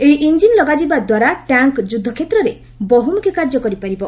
ଏହି ଇଞ୍ଜିନ୍ ଲଗାଯିବାଦ୍ୱାରା ଟ୍ୟାଙ୍କ୍ ଯୁଦ୍ଧକ୍ଷେତ୍ରରେ ବହୁମୁଖୀ କାର୍ଯ୍ୟ କରିପାରିବ